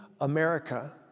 America